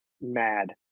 mad